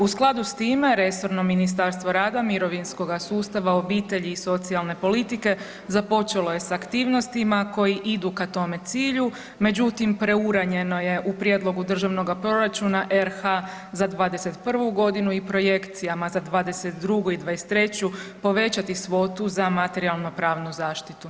U skladu s time resorno Ministarstvo rada, mirovinskoga sustava, obitelji i socijalne politike započelo je s aktivnostima koji idu ka tome cilju, međutim preuranjeno je u prijedlogu Državnoga proračuna RH za '21. godinu i projekcijama za '22. i '23. povećati svotu za materijalno pravnu zaštitu.